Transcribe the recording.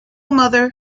mother